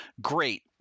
great